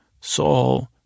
Saul